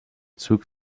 zug